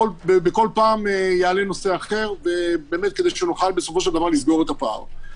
ובכל פעם יעלה נושא אחר כדי שנוכל בסופו של דבר לסגור את הפער.